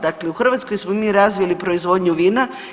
Dakle, u Hrvatskoj smo mi razvili proizvodnju vina.